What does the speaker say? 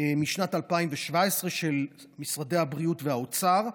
משנת 2017 של משרד הבריאות ומשרד האוצר,